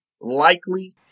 likely